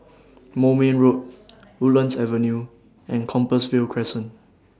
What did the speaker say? Moulmein Road Woodlands Avenue and Compassvale Crescent